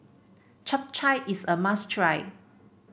Chap Chai is a must try